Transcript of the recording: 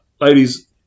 ladies